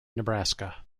nebraska